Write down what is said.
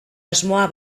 asmoa